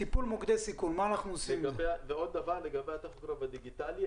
דבר נוסף הוא לגבי התחבורה בדיגיטלי,